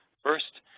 first,